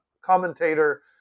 commentator